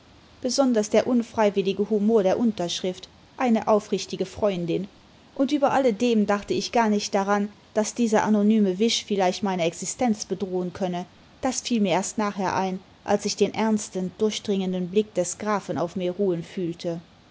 besonders der unfreiwillige humor der unterschrift eine aufrichtige freimdin und über alledem dachte ich gar nicht daran daß dieser anonyme wisch vielleicht meine existenz bedrohen könne das fiel mir erst nachher ein als ich den ernsten durchdringenden blick des grafen auf mir ruhen fühlte